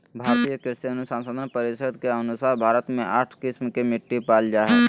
भारतीय कृषि अनुसंधान परिसद के अनुसार भारत मे आठ किस्म के मिट्टी पाल जा हइ